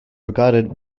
regarded